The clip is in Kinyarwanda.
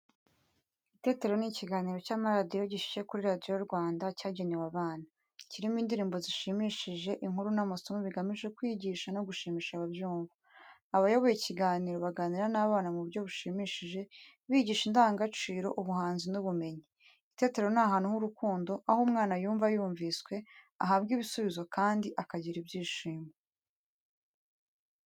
Itetero ni ikiganiro cy’amaradiyo gishyushye kuri Radio Rwanda cyagenewe abana. Kirimo indirimbo zishimishije, inkuru n’amasomo bigamije kwigisha no gushimisha ababyumva. Abayoboye ikiganiro baganira n’abana mu buryo bushimishije, bigisha indangagaciro, ubuhanzi n’ubumenyi. Itetero ni ahantu h'urukundo aho umwana yumva yumviswe, ahabwa ibisubizo kandi akagira ibyishimo.